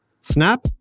Snap